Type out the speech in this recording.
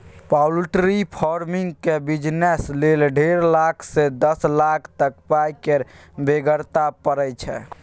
poultry फार्मिंगक business लेल डेढ़ लाख सँ दस लाख तक पाइ केर बेगरता परय छै